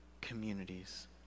communities